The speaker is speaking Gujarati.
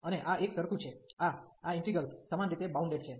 અને આ એક એકસરખું છે આ આ ઇન્ટિગ્રેલ્સ સમાન રીતે બાઉન્ડેડ છે